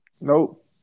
Nope